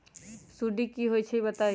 सुडी क होई छई बताई?